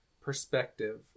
perspective